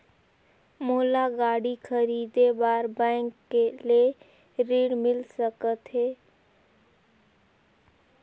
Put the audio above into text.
मोला गाड़ी खरीदे बार बैंक ले ऋण मिल सकथे?